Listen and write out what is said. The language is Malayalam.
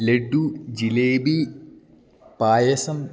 ലഡ്ഡു ജിലേബി പായസം